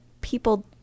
people